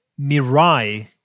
Mirai